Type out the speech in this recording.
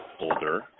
older